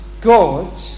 God